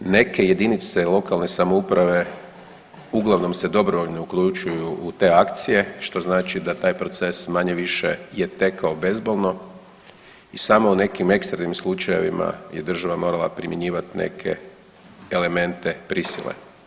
Neke jedinice lokalne samouprave uglavnom se dobrovoljno uključuju u te akcije što znači da taj proces manje-više je tekao bezbolno i samo u nekim ekstremnim slučajevima je država morala primjenjivati neke elemente prisile.